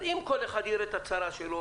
אם כל אחד יראה את הצרה שלו,